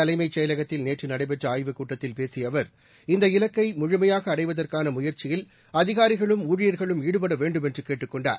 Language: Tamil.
தலைமைச் செயலகத்தில் நேற்று நடைபெற்ற ஆய்வுக் கூட்டத்தில் பேசிய அவர் இந்த இலக்கை முழுமையாக அடைவதற்கான முயற்சியில் அதிகாரிகளும் ஊழியர்களும் ஈடுபட வேண்டுமென்று கேட்டுக் கொண்டார்